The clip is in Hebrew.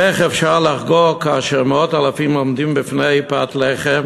איך אפשר לחגוג כאשר מאות אלפים מגיעים עד פת לחם